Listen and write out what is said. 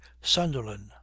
Sunderland